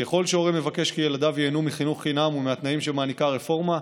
ככל שהורה מבקש כי ילדיו ייהנו מחינוך חינם ומהתנאים שמעניקה הרפורמה,